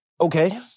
Okay